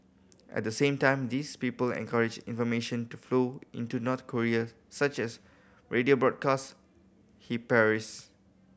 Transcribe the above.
at the same time these people encourage information to flow into North Korea such as radio broadcast he parries